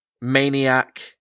Maniac